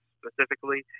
specifically